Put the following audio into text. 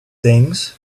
things